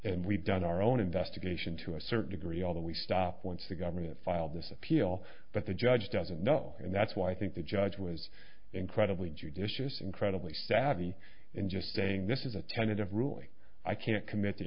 we've done our own investigation to a certain degree although we stopped once the government filed this appeal but the judge doesn't know and that's why i think the judge was incredibly judicious incredibly savvy in just saying this is a tentative ruling i can't commit to